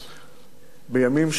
בימים שגנדי היה אלוף.